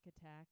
attack